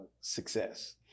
success